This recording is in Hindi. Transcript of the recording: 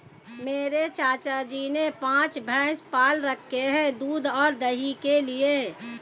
मेरे चाचा जी ने पांच भैंसे पाल रखे हैं दूध और दही के लिए